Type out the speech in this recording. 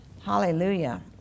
Hallelujah